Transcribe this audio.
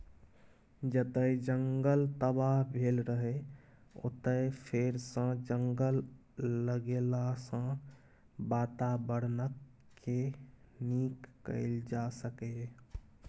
जतय जंगल तबाह भेल रहय ओतय फेरसँ जंगल लगेलाँ सँ बाताबरणकेँ नीक कएल जा सकैए